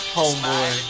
homeboy